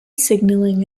signaling